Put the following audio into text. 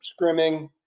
scrimming